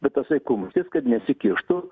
bet tasai kumštis kad nesikištų